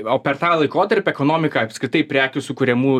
o per tą laikotarpį ekonomika apskritai prekių sukuriamų